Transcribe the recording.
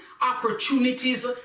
opportunities